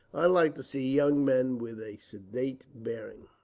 i like to see young men with a sedate bearing.